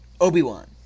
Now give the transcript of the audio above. Obi-Wan